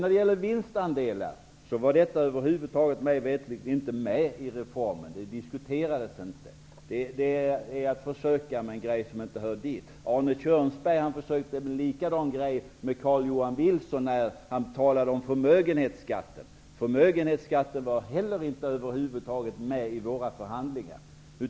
När det gäller vinstandelar så var dessa mig veterligen över huvud taget inte med i reformen. De diskuterades inte. Det är att försöka med en grej som inte hör dit. Arne Kjörnsberg försökte med en likadan grej i debatten med Carl-Johan Wilson när han talade om förmögenhetsskatten. Den var över huvud taget inte heller med i våra förhandlingar.